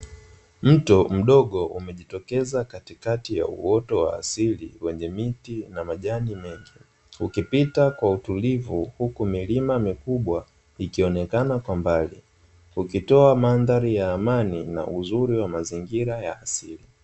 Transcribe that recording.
Mto mdogo umejitokeza katikati ya uoto wa asili wenye miti na majani mengi, ukipita kwa utulivu, huku milima mikubwa ikionekana kwa mbali, ukitoa mandhari ya amani na uzuri wa mazingira ya asili.